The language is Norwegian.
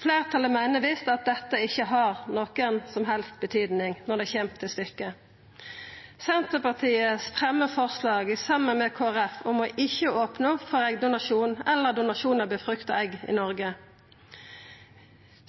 Fleirtalet meiner visst at dette ikkje har noka som helst betydning når det kjem til stykket. Senterpartiet fremjar forslag saman med Kristeleg Folkeparti om ikkje å opna opp for eggdonasjon eller donasjon av befrukta egg i Noreg.